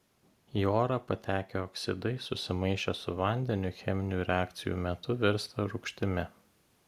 į orą patekę oksidai susimaišę su vandeniu cheminių reakcijų metu virsta rūgštimi